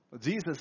Jesus